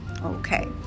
Okay